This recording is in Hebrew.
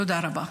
תודה רבה.